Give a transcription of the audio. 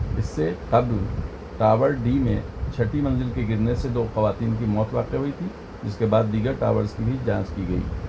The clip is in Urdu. اس سے قبل ٹاور ڈی میں چھٹی منزل کے گرنے سے دو خواتین کی موت واقع ہوئی تھی جس کے بعد دیگر ٹاورس کی بھی جانچ کی گئی